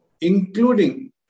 including